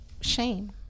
shame